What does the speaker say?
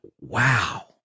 wow